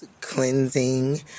cleansing